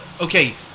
okay